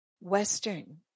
Western